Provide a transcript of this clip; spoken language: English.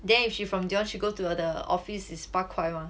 then if she from there she go to the office is 八块 lor